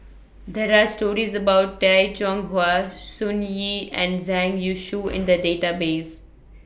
There Are stories about Tay Chong Hai Sun Yee and Zhang Youshuo in The Database